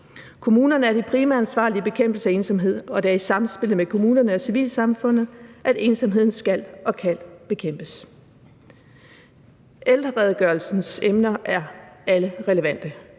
Kommunerne er de primære ansvarlige for bekæmpelse af ensomhed, og det er i samspillet med kommunerne og civilsamfundet, at ensomheden skal og kan bekæmpes. Kl. 10:29 Ældreredegørelsens emner er alle relevante,